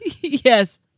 Yes